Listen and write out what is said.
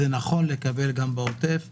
זה נכון לקבל גם בעוטף עזה,